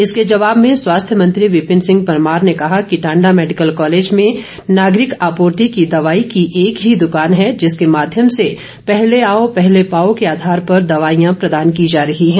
इसके जवाब में स्वास्थ्य मंत्री विंपिन सिंह परमार ने कहा कि टांडा मेडिकल कॉलेज में नागरिक आपूर्ति की दवाई की एक ही दुकान है जिसके माध्यम से पहले आओ पहले पाओ के आधार पर दवाइयां प्रदान की जा रही है